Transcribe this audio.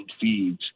feeds